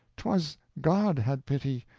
twas god had pity,